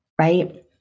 right